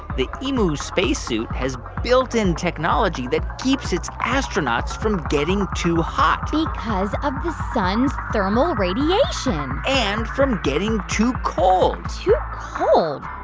the emu spacesuit has built in technology that keeps its astronauts from getting too hot. because of the sun's thermal radiation. and from getting too cold too cold?